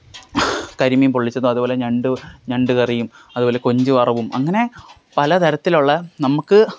കരിമീൻ പൊള്ളിച്ചത് അതുപോലെ ഞണ്ട് ഞണ്ടുകറിയും അതുപോലെ കൊഞ്ച് വറവും അങ്ങനെ പലതരത്തിലുള്ള നമുക്ക്